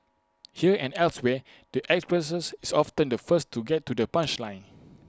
here and elsewhere the actress is often the first to get to the punchline